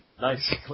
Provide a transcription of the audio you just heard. nice